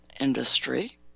Industry